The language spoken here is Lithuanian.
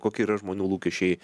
kokie yra žmonių lūkesčiai